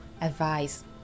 advice